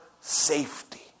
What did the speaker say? safety